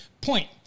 point